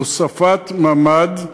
הוספת ממ"ד,